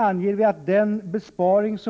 I reservationen